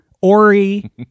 Ori